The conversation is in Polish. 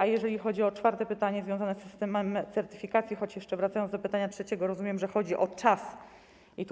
A jeżeli chodzi o czwarte pytanie związane z systemem certyfikacji, choć jeszcze wracając do pytania trzeciego, rozumiem, że chodzi o czas i